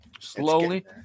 Slowly